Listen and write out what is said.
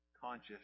conscious